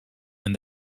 and